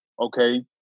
Okay